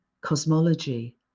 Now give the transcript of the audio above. cosmology